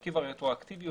הרטרואקטיביות,